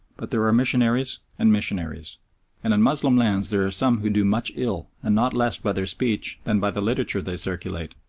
but there are missionaries and missionaries and in moslem lands there are some who do much ill, and not less by their speech than by the literature they circulate.